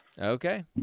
Okay